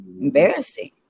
embarrassing